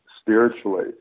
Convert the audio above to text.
spiritually